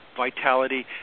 vitality